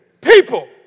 people